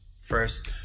first